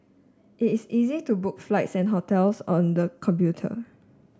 it is easy to book flights and hotels on the computer